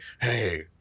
hey